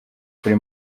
kuri